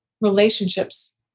relationships